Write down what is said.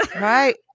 Right